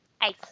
Ice